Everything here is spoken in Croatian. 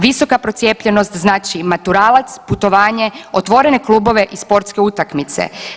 Visoka procijepljenost znači i maturalac, putovanje, otvorene klubove i sportske utakmice.